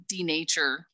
denature